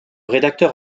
rédacteur